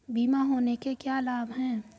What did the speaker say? बीमा होने के क्या क्या लाभ हैं?